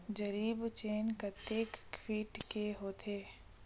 जरीब चेन कतेक फीट के होथे?